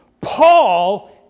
Paul